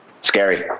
scary